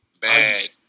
bad